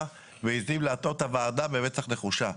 מעזים להטעות את הוועדה במצח נחושה.